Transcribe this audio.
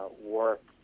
work